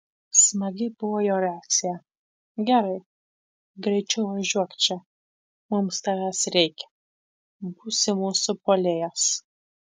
smagi buvo jo reakcija gerai greičiau važiuok čia mums tavęs reikia būsi mūsų puolėjas